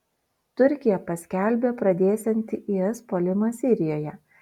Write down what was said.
turkija paskelbė pradėsianti is puolimą sirijoje